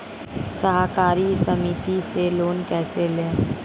सहकारी समिति से लोन कैसे लें?